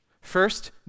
First